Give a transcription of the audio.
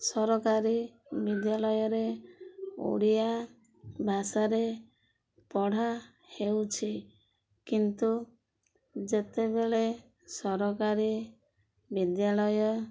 ସରକାରୀ ବିଦ୍ୟାଳୟରେ ଓଡ଼ିଆ ଭାଷାରେ ପଢ଼ା ହେଉଛି କିନ୍ତୁ ଯେତେବେଳେ ସରକାରୀ ବିଦ୍ୟାଳୟ